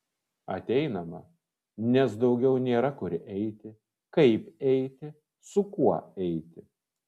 ateinama nes daugiau nėra kur eiti kaip eiti su kuo eiti